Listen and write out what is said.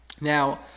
Now